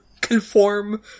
conform